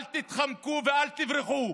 אל תתחמקו ואל תברחו.